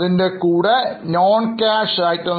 Add Non Cash items